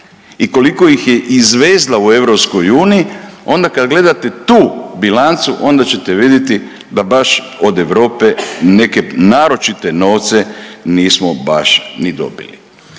i koliko ih je izvezla u EU onda kad gledate tu bilancu onda ćete vidjeti da baš od Europe neke naročite novce nismo baš ni dobili.